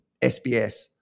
SBS